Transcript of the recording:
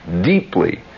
deeply